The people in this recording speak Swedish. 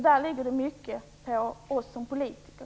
Där ligger ansvaret mycket på oss politiker.